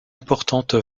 importante